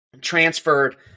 transferred